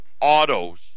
autos